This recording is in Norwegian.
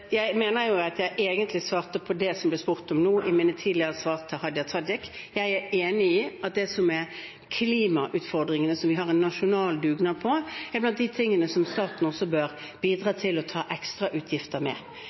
Jeg mener jo at jeg egentlig svarte på det som blir spurt om nå, i mine tidligere svar til Hadia Tajik. Jeg er enig i at det som er klimautfordringene, som vi har en nasjonal dugnad for, er blant de tingene som staten bør bidra til å ta ekstrautgifter med.